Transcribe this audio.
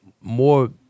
more